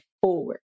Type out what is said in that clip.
forward